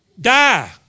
Die